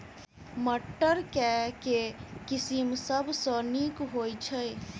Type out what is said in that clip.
मटर केँ के किसिम सबसँ नीक होइ छै?